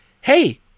Hey